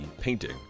painting